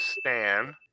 Stan